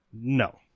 No